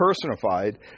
personified